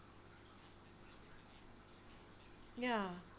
ya